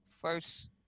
first